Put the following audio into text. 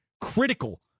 critical